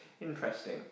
Interesting